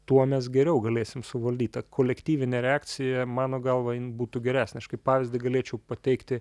tuo mes geriau galėsim suvaldyt ta kolektyvinė reakcija mano galva jin būtų geresnė aš kaip pavyzdį galėčiau pateikti